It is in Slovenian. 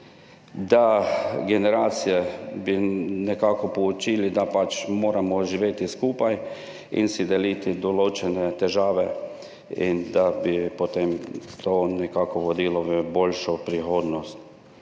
bi generacije nekako poučili, da pač moramo živeti skupaj in si deliti določene težave in bi potem to nekako vodilo v boljšo prihodnost.